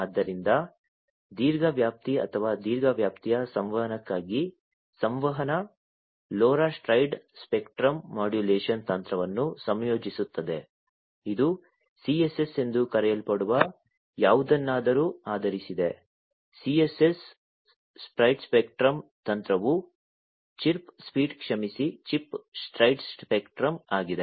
ಆದ್ದರಿಂದ ದೀರ್ಘ ವ್ಯಾಪ್ತಿ ಅಥವಾ ದೀರ್ಘ ವ್ಯಾಪ್ತಿಯ ಸಂವಹನಕ್ಕಾಗಿ ಸಂವಹನ LoRa ಸ್ಪ್ರೆಡ್ ಸ್ಪೆಕ್ಟ್ರಮ್ ಮಾಡ್ಯುಲೇಶನ್ ತಂತ್ರವನ್ನು ಸಂಯೋಜಿಸುತ್ತದೆ ಇದು CSS ಎಂದು ಕರೆಯಲ್ಪಡುವ ಯಾವುದನ್ನಾದರೂ ಆಧರಿಸಿದೆ CSS ಸ್ಪ್ರೆಡ್ ಸ್ಪೆಕ್ಟ್ರಮ್ ತಂತ್ರವು ಚಿರ್ಪ್ ಸ್ಪೀಡ್ ಕ್ಷಮಿಸಿ ಚಿಪ್ ಸ್ಪ್ರೆಡ್ ಸ್ಪೆಕ್ಟ್ರಮ್ ಆಗಿದೆ